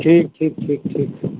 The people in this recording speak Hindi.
ठीक ठीक ठीक ठीक ठीक